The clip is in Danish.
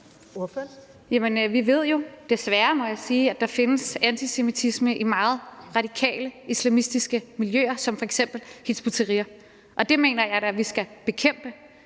må jeg sige – at der findes antisemitisme i meget radikale islamistiske miljøer som f.eks. Hizb ut-Tahrir, og det mener jeg da vi skal bekæmpe.